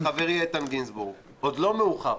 חברי איתן גינזבורג, עוד לא מאוחר,